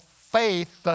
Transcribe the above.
faith